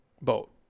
boat